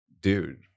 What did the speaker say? dude